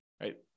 right